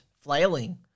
flailing